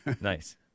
Nice